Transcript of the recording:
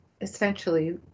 essentially